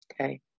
Okay